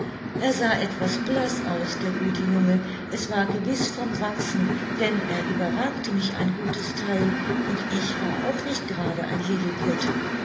er sah etwas blaß aus der gute junge es war gewiß vom wachsen denn er überragte mich ein gutes theil und ich war auch nicht gerade ein liliput